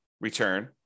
return